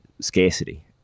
scarcity